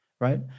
right